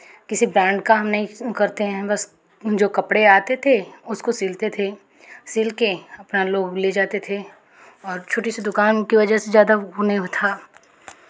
किसी बैंड का हम नहीं करते हैं बस जो कपड़े आते थे उसको सिलते थे सिल के अपना लोग ले जाते थे और छोटी सी दुकान की वजह से ज़्यादा वो नहीं था